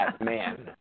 man